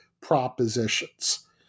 propositions